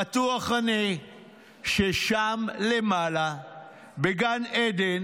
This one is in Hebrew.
בטוח אני ששם למעלה בגן עדן